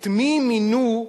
את מי מינו?